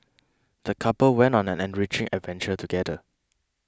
the couple went on an enriching adventure together